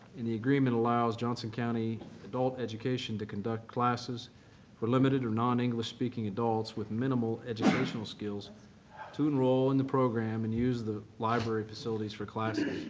and the agreement allows johnson county adult education to conduct classes for limited or non-english speaking adults with minimal educational skills to enroll in the program and use the library facilities for classes.